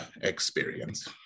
experience